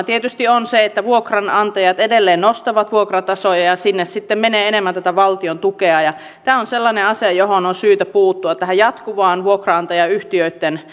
tietysti on se että vuokranantajat edelleen nostavat vuokratasoa ja ja sinne sitten menee enemmän tätä valtion tukea tämä on sellainen asia johon on syytä puuttua tähän jatkuvaan vuokranantajayhtiöitten